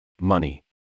Money